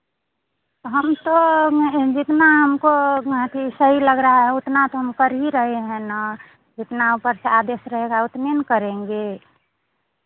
हम तो जितना हमको अथी सही लग रहा है उतना तो हम कर ही रहे हैं ना जितना ऊपर से आदेश रहेगा उतने ना करेंगे